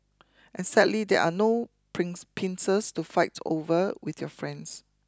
and sadly there are no prince pincers to fight over with your friends